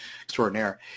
extraordinaire